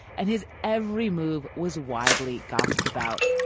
and his every move was widely gossiped about.